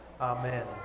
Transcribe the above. Amen